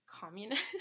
communist